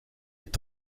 est